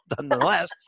nonetheless